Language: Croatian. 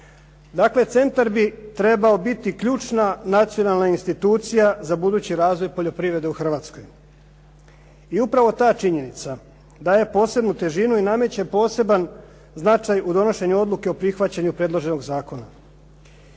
Dakle, centar bi trebao biti ključna nacionalna institucija za budući razvoj poljoprivrede u Hrvatskoj. I upravo ta činjenica daje posebnu težinu i nameće poseban značaj u donošenju odluke o prihvaćanju predloženog zakona.